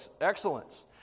excellence